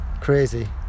Crazy